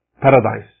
paradise